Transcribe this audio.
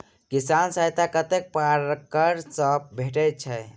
किसान सहायता कतेक पारकर सऽ भेटय छै?